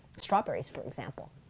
strawberries, for example.